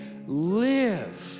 Live